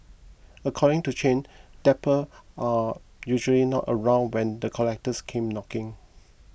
according to Chen debtor are usually not around when the collectors came knocking